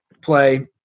play